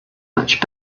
much